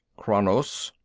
kranos.